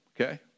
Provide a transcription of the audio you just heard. okay